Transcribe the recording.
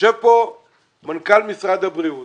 יושב כאן מנכ"ל משרד הבריאות